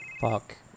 fuck